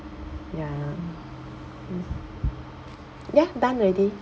ya mm ya done already